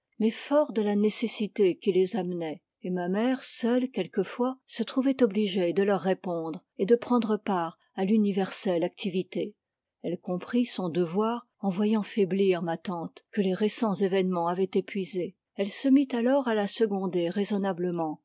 forts de la nécessité qui les amenait et ma mère seule quelquefois se trouvait obligée de leur répondre et de prendre part à l'universelle activité elle comprit son devoir en voyant faiblir ma tante que les récents événements avaient épuisée elle se mit alors à la seconder raisonnablement